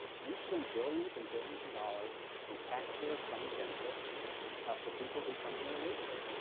we spend billions and billions of dollars in taxpayer-funded benefits for people who come here illegally.